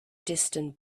distant